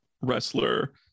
wrestler